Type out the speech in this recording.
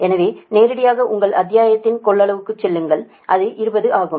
எனவே நேரடியாக உங்கள் அத்தியாயத்தின் கொள்ளளவுக்குச் செல்லுங்கள் அது 20 ஆகும்